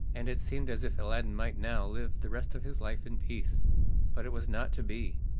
and it seemed as if aladdin might now live the rest of his life in peace but it was not to be.